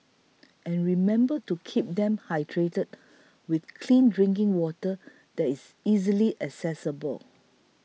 and remember to keep them hydrated with clean drinking water there is easily accessible